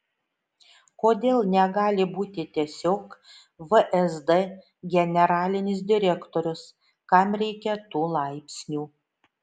kodėl negali būti tiesiog vsd generalinis direktorius kam reikia tų laipsnių